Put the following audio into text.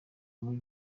muri